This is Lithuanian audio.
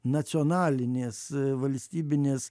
nacionalinės valstybinės